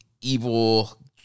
evil